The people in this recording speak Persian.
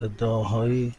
ادعاهایی